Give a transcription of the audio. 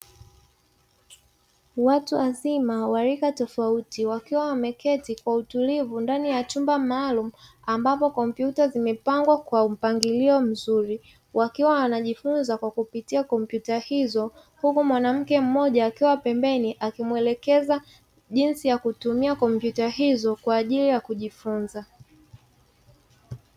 Watu wazima wa rika tofauti wakiwa wameketi kwa utulivu ndani ya chumba maalumu ambapo kompyuta zimepangwa kwa mpangilio mzuri, wakiwa wanajifunza kwa kupitia kompyuta hizo huku mwanamke mmoja akiwa pembeni akimwelekeza jinsi ya kutumia kompyuta hizo kwa ajili ya kujifunza.